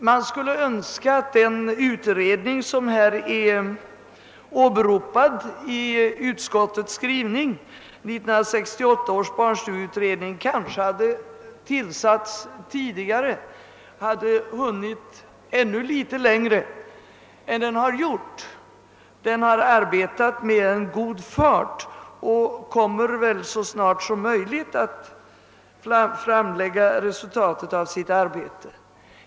Man skulle kanske önska att den utredning som är åberopad i utskottets skrivning, 1968 års barnstugeutredning, hade tillsatts tidigare och hunnit ännu litet längre än den har gjort. Den har arbetat med god fart och kommer väl så snart som möjligt att framlägga resultatet av sitt arbete.